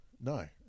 No